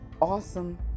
awesome